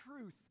truth